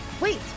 Wait